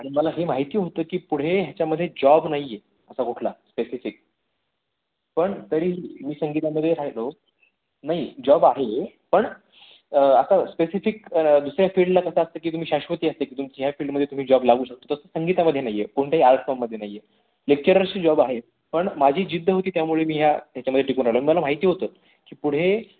आणि मला हे माहिती होतं की पुढे ह्याच्यामधे जॉब नाही आहे असा कुठला स्पेसिफिक पण तरी मी संगीतामधे राहिलो नाही जॉब आहे पण आता स्पेसिफिक दुसऱ्या फील्डला कसं असतं की तुम्ही शाश्वती असते की तुम्ही ह्या फील्डमध्ये तुम्ही जॉब लागू शकतो तसं संगीतामध्ये नाही आहे कोणत्याही आर्ट फाॅर्ममध्ये नाही आहे लेक्चररची जॉब आहे पण माझी जिद्द होती त्यामुळे मी ह्या ह्याच्यामध्ये टिकून राहिलो मी मला माहिती होतं की पुढे